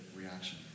reaction